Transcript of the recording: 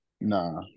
Nah